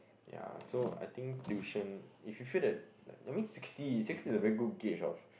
ya so I think tuition if you feel that I mean sixty sixty is a very good gauge of